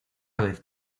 vez